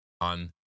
on